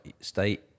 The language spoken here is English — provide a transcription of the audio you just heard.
state